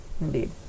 Indeed